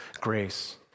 grace